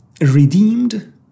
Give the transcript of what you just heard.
redeemed